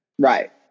Right